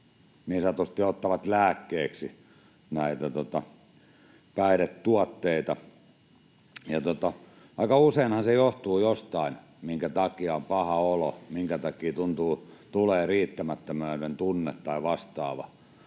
niin sanotusti ottaa lääkkeeksi näitä päihdetuotteita. Aika useinhan se johtuu jostain, minkä takia on paha olo, minkä takia tulee riittämättömyyden tunne tai vastaava, ja